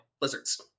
lizards